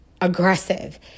aggressive